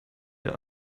der